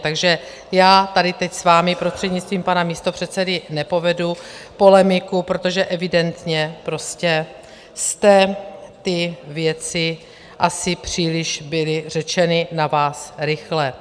Takže já tady teď s vámi prostřednictvím pana místopředsedy nepovedu polemiku, protože evidentně jste ty věci, asi příliš byly řečeny na vás rychle.